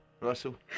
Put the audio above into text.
Russell